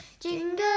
jingle